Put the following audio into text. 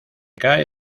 cae